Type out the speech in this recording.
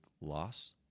loss